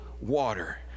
water